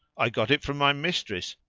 i got it from my mistress,